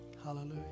hallelujah